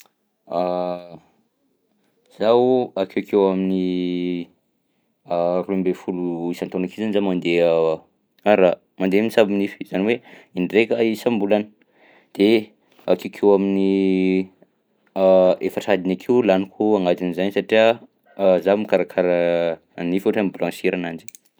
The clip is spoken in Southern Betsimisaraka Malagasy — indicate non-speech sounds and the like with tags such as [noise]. [noise] [hesitation] zaho akeokeo amin'ny [hesitation] roy amby folo isan-taona akeo zany zaho mandeha araha, mandeha misabo nify zany hoe indraika isam-bolona de akekeo amin'ny [hesitation] efatra adiny akeo laniko agnatin'zainy satria [hesitation] za mikarakara nify ohatra hoe mi-blanchir ananjy. [noise]